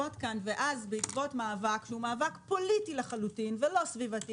ובעקבות מאבק פוליטי לחלוטין שהוא לא סביבתי